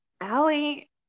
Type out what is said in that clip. Allie